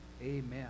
Amen